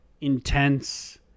intense